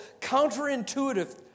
counterintuitive